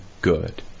good